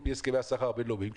על פי הסכמי השכר הבינלאומיים,